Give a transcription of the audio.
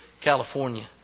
California